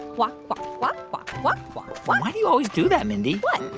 walk, walk, walk, walk, walk, walk. why why do you always do that, mindy? what?